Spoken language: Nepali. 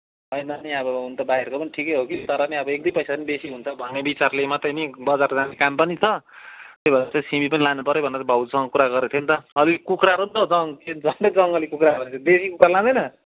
होइन नि अब हुन त भाइहरूको पनि ठिकै हो कि तर पनि अब एक दुई पैसा पनि बेसी हुन्छ भन्ने विचारले मात्रै नि बजार जाने काम पनि छ त्यही भएर चाहिँ सिमी पनि लानुुपऱ्यो भनेर भाउजूसँग कुरा गरेको थिएँ नि त अलिअलि कुखुराहरू पनि छ जङ ए झन्डै जङ्गली कुखुरा भनेर देशी कुखुरा लादैँन